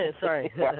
Sorry